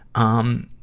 um,